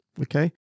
okay